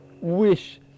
wish